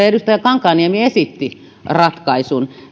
edustaja kankaanniemi esitti ratkaisun